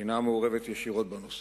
אינה מעורבת ישירות בנושא.